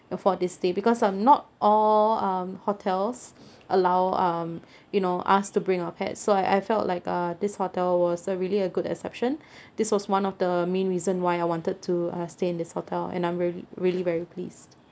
uh for this stay because um not all um hotels allow um you know us to bring our pets so I I felt like uh this hotel was a really a good exception this was one of the main reason why I wanted to uh stay in this hotel and I'm really really very pleased